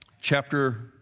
chapter